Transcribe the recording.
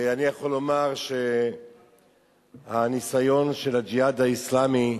אני יכול לומר שהניסיון של "הג'יהאד האסלאמי"